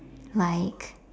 like